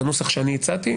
בנוסח שאני הצעתי,